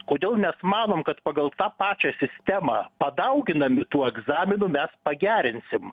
kodėl mes manom kad pagal tą pačią sistemą padauginami tų egzaminų mes pagerinsim